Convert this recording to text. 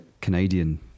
Canadian